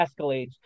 escalates